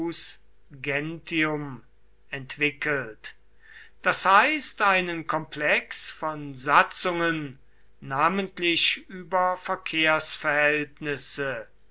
entwickelt das heißt einen komplex von satzungen namentlich über verkehrsverhältnisse